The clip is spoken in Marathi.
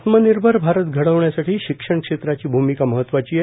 आत्मनिर्भर भारत घडवण्यासाठी शिक्षण क्षेत्राची भूमिका महत्वाची आहे